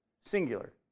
Singular